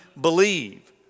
believe